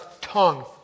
tongue